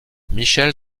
michel